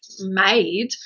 made